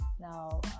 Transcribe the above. Now